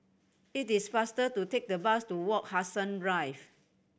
it is faster to take the bus to Wak Hassan Drive